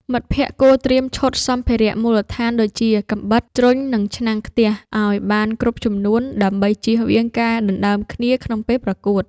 មិត្តភក្តិគួរត្រៀមឈុតសម្ភារៈមូលដ្ឋានដូចជា កាំបិត ជ្រុញ និងឆ្នាំងខ្ទះ ឱ្យបានគ្រប់ចំនួនដើម្បីចៀសវាងការដណ្ដើមគ្នាក្នុងពេលប្រកួត។